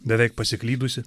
beveik pasiklydusi